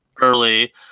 early